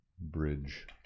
bridge